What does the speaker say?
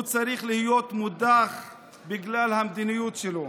הוא צריך להיות מודח בגלל המדיניות שלו,